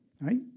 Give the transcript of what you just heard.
right